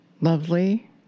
lovely